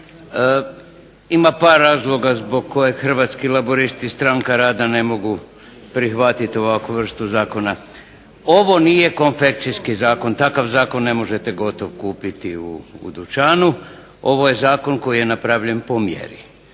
Ima par razloga zbog kojeg Hrvatski laburisti-Stranka rada ne mogu prihvatiti ovakvu vrstu zakona. Ovo nije konfekcijski zakon. Takav zakon ne možete kupiti u dućanu. Ovo je zakon koji je napravljen po mjeri.